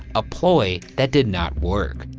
a ploy that did not work.